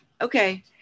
okay